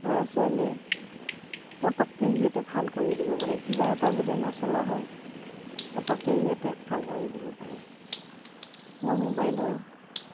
ল'ৰা ছোৱালীয়ে পতককে সিহঁতে ভাল কৰি দিব পাৰে কিবা এটা যদি নচলা হয় পতককে সিহঁতে ভাল কৰি দিব পাৰে মোৰ মোবাইলৰ